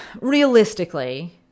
realistically